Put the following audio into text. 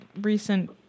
recent